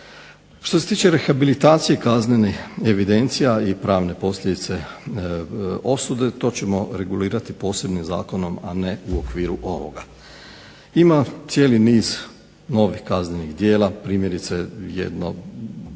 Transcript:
Što se tiče rehabilitacije kaznenih evidencija i pravne posljedice osude to ćemo regulirati posebnim zakonom, a ne u okviru ovoga. Ima cijeli niz novih kaznenih djela. Primjerice jedno je